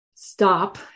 Stop